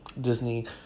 Disney